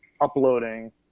uploading